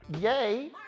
yay